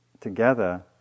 together